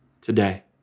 today